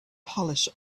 polish